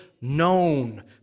known